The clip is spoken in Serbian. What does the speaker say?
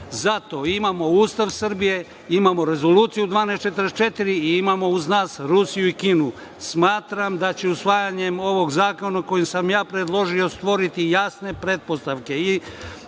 Zato imamo Ustav Srbije, imamo Rezoluciju 1244 i imamo uz nas Rusiju i Kinu. Smatram da će se usvajanjem ovog zakona koji sam ja predložio stvoriti jasne pretpostavke